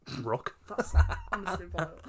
Rock